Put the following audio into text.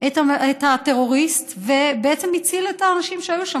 את הטרוריסט, ובעצם הציל את האנשים שהיו שם.